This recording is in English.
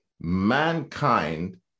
mankind